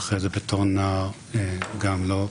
ואחרי זה בתור נער גם לא.